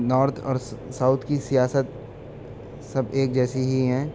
north اور south کی سیاست سب ایک جیسی ہی ہیں